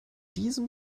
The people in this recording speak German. diesem